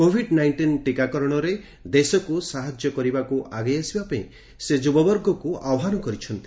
Covid nineteen ଟିକାକରଣରେ ଦେଶକ୍ ସାହାଯ୍ୟ କରିବାପାଇଁ ଆଗେଇ ଆସିବାପାଇଁ ସେ ଯୁବବର୍ଗକୁ ଆହ୍ୱାନ କରିଛନ୍ତି